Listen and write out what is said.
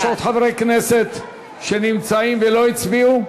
יש עוד חברי כנסת שנמצאים ולא הצביעו?